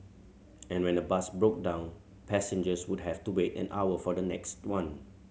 and when a bus broke down passengers would have to wait an hour for the next one